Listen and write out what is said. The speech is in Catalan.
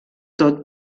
tot